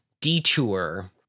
detour